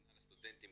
מינהל הסטודנטים,